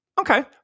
Okay